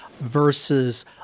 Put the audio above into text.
versus